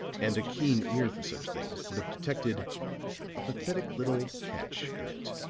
and a keen ear for such things would have detected a pathetic little catch in it.